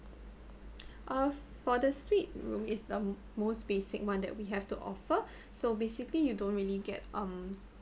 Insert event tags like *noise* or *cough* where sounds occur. *noise* uh for the suite room is the most basic one that we have to offer *breath* so basically you don't really get um